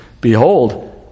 Behold